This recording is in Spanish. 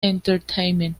entertainment